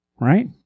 right